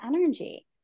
energy